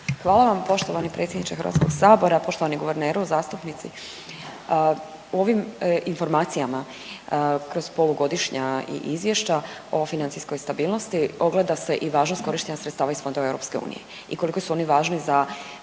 Hvala vam poštovani predsjedniče Hrvatskog sabora. Poštovani guverneru, zastupnici u ovim informacijama kroz Polugodišnja i izvješća o financijskoj stabilnosti ogleda se i važnost korištenja sredstva iz fondova EU i koliko su oni važni za